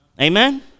Amen